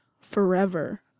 Forever